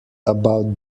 about